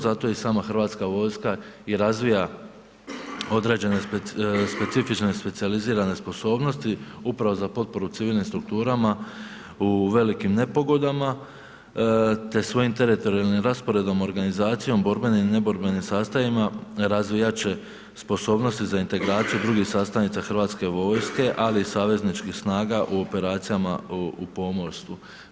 Zato i sama hrvatska vojska i razvija određene specifične specijalizirane sposobnosti, upravo za potporu civilnim strukturama u velikim nepogodama, te svojim teritorijalnim rasporedom, organizacijom, borbenim i neborbenim sastavima razvijat će sposobnosti za integraciju drugih sastavnica hrvatske vojske, ali i savezničkih snaga u operacijama u pomorstvu.